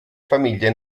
famiglie